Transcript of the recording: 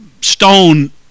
stone